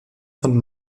von